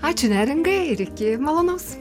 ačiū neringai ir iki malonaus